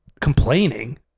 complaining